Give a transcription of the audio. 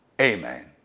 amen